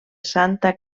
santa